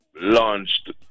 launched